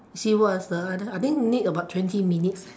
see what's the other I think need about twenty minutes eh